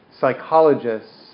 psychologists